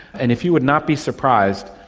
and if you would not be surprised,